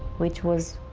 which was